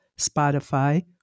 Spotify